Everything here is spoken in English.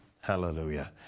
hallelujah